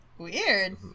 Weird